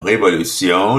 révolution